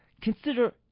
Consider